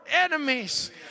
enemies